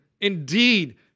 indeed